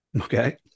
Okay